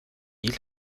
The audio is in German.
wie